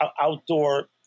outdoor